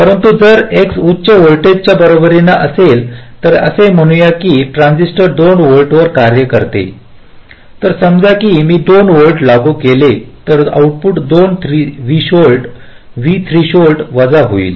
परंतु जर X उच्च व्होल्टेजच्या बरोबरीने असेल तर असे म्हणू की हे ट्रान्झिस्टर 2 व्होल्टवर कार्यरत आहे तर समजा मी 2 व्होल्ट लागू केले तर आउटपुट 2 व्ही थ्रेशोल्ड वजा होईल